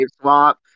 swap